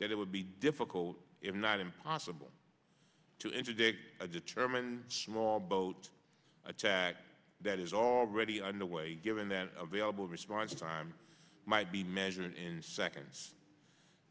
that it would be difficult if not impossible to interdict a determined small boat attack that is already underway given that available response time might be measured in seconds